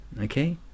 Okay